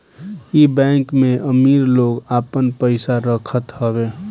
इ बैंक में अमीर लोग आपन पईसा रखत हवे